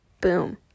Boom